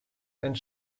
and